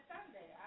Sunday